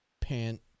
pant